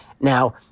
Now